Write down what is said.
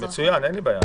מצוין, אין לי בעיה.